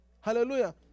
Hallelujah